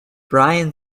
brian